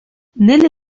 nelle